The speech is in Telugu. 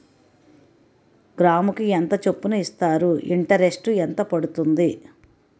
గ్రాముకి ఎంత చప్పున ఇస్తారు? ఇంటరెస్ట్ ఎంత పడుతుంది?